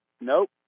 nope